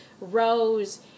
Rose